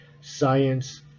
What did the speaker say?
science